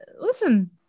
listen